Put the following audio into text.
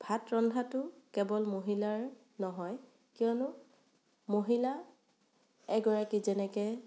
ভাত ৰন্ধাটো কেৱল মহিলাৰ নহয় কিয়নো মহিলা এগৰাকী যেনেকৈ